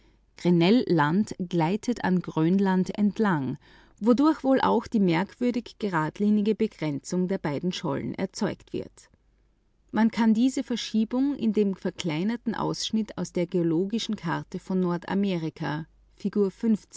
gleitet an grönland entlang wodurch wohl auch die merkwürdig geradlinige begrenzung der beiden schollen erzeugt wird man kann diese verschiebung in dem verkleinerten ausschnitte aus der geologischen karte von nordamerika